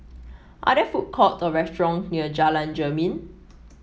are there food court or restaurant near Jalan Jermin